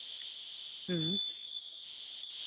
ᱦᱮᱸ